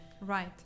Right